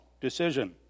decision